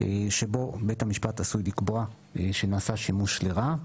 שבו בית המשפט עשוי לקבוע שנעשה שימוש לרעה.